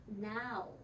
now